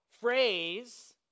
phrase